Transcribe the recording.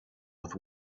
with